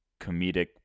comedic